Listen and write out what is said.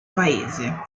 paese